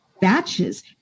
batches